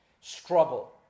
Struggle